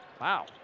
Wow